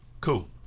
Cool